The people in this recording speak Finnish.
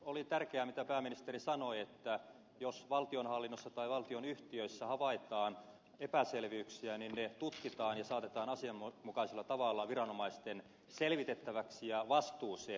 on tärkeää niin kuin pääministeri sanoi että jos valtionhallinnossa tai valtionyhtiössä havaitaan epäselvyyksiä ne tutkitaan ja saatetaan asianmukaisella tavalla viranomaisten selvitettäväksi ja asianomaiset henkilöt vastuuseen